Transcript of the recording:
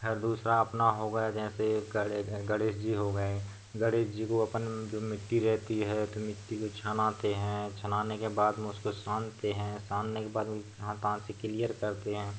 ख़ैर दूसरा अपना हो गया जैसे गणे गणेश जी हो गए गणेश जी को अपन जो मिट्टी रहती है तो मिट्टी को छनाते हैं छनाने के बाद में उसको सानते हैं सानने के बाद में जहाँ तहाँ से क्लियर करते हैं